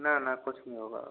ना ना कुछ नहीं होगा